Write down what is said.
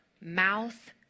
mouth